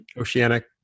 Oceanic